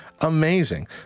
Amazing